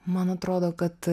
man atrodo kad